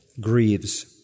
grieves